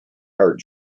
heart